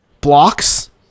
Blocks